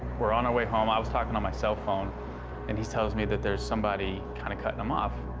we're on our way home, i was talking on my cell phone and he tells me that there's somebody kinda cutting him off.